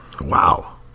wow